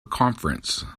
conference